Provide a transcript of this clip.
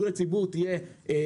בריאות הציבור תשתפר,